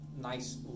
nice